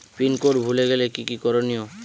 Pin code ভুলে গেলে কি কি করনিয়?